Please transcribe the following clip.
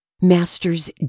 Masters